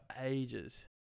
ages